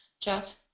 Jeff